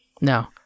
No